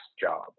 job